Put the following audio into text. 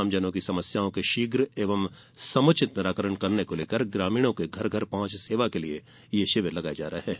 आमजनों की समस्याओं के शीघ्र एवं समुचित निराकरण करने ग्रामीणों को तक घर पहुंच सेवा के लिए ये षिविर लगाए जा रहे हैं